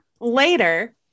later